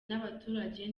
n’abaturage